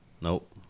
Nope